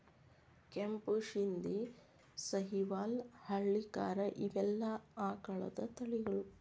ಕೆಂಪು ಶಿಂದಿ, ಸಹಿವಾಲ್ ಹಳ್ಳಿಕಾರ ಇವೆಲ್ಲಾ ಆಕಳದ ತಳಿಗಳು